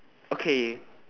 okay